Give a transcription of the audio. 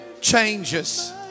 changes